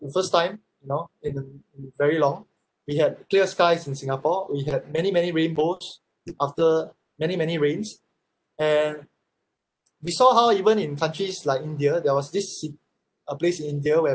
the first time you know in a very long we had clear skies in singapore we had many many rainbows after many many rains and we saw how even in countries like india there was this ci~ a place in india whereby